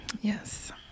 Yes